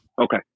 Okay